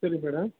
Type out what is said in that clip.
ಹೇಳಿ ಮೇಡಮ್